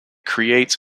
creates